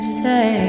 say